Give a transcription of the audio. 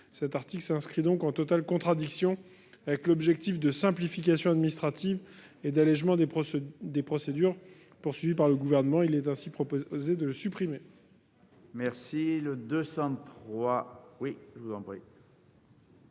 L'article 54 s'inscrit donc en totale contradiction avec l'objectif de simplification administrative et d'allégement des procédures visé par le Gouvernement. Il est ainsi proposé de le supprimer.